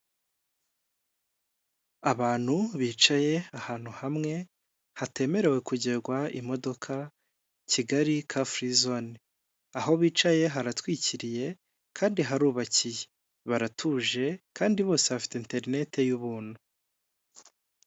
Abantu bicaye ahantu hamwe, hatemerewe kugerwa imodoka Kigali kafurizone, aho bicaye haratwikiriye kandi harubakiye, baratuje kandi bose bafite interineti y'ubuntu.